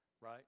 right